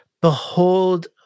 behold